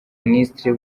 minisitiri